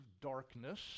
darkness